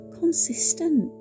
consistent